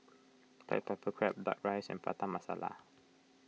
Black Pepper Crab Duck Rice and Prata Masala